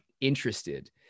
interested